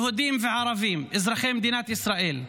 יהודים וערבים, אזרחי מדינת ישראל,